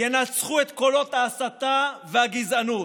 ינצחו את קולות ההסתה והגזענות,